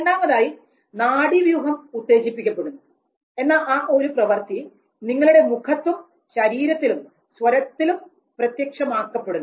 രണ്ടാമതായി നാഡീവ്യൂഹം ഉത്തേജിപ്പിക്കപ്പെടുന്നു എന്ന ആ ഒരു പ്രവർത്തി നിങ്ങളുടെ മുഖത്തും ശരീരത്തിലും സ്വരത്തിലും പ്രത്യക്ഷമാക്കപ്പെടുന്നു